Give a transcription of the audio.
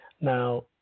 Now